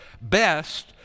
best